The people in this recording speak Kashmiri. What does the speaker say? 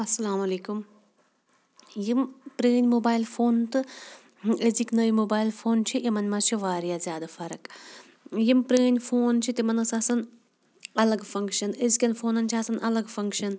اَسَلامُ علیکُم یِم پرٛٲنۍ موبایِل فون تہٕ أزِکۍ نٔے موبایل فون چھِ یِمَن منٛز چھِ واریاہ زیادٕ فرق یِم پرٛٲنۍ فون چھِ تِمَن ٲسۍ آسان الگ فَنٛگشَن أزکٮ۪ن فونَن چھِ آسان الگ فَننٛگشَن